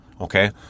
Okay